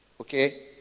okay